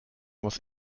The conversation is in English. was